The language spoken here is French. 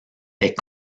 est